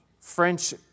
French